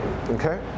Okay